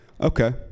okay